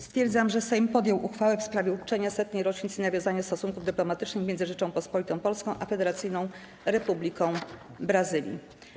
Stwierdzam, że Sejm podjął uchwałę w sprawie uczczenia 100. rocznicy nawiązania stosunków dyplomatycznych między Rzecząpospolitą Polską a Federacyjną Republiką Brazylii.